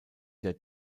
der